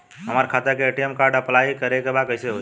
हमार खाता के ए.टी.एम कार्ड अप्लाई करे के बा कैसे होई?